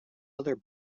other